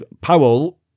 Powell